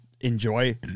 enjoy –